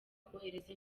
kohereza